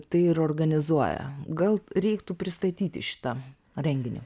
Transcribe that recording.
tai ir organizuoja gal reiktų pristatyti šitą renginį